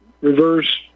reverse